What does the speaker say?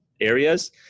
areas